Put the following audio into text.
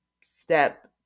step